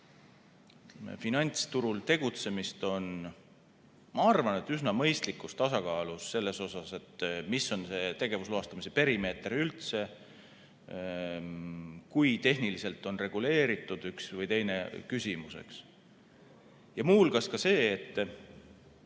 finantsturul tegutsemist, on üsna mõistlikus tasakaalus selles osas, mis on tegevusloastamise perimeeter üldse, kui tehniliselt on reguleeritud üks või teine küsimus, muu hulgas ka see, et